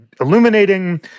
illuminating